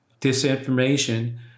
disinformation